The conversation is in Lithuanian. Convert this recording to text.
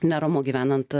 neramu gyvenant